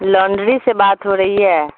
laundry سے بات ہو رہی ہے